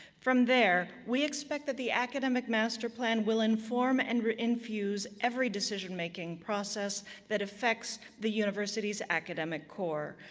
from there, we expect that the academic master plan will inform and infuse every decision-making process that affects the university's academic core,